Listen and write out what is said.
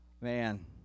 Man